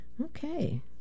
Okay